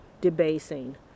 debasing